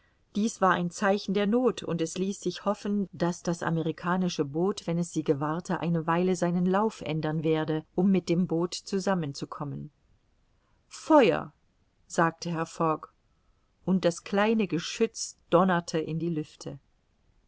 dies war ein zeichen der noth und es ließ sich hoffen daß das amerikanische boot wenn es sie gewahrte eine weile seinen lauf ändern werde um mit dem boot zusammen zu kommen feuer sagte herr fogg und das kleine geschütz donnerte in die lüfte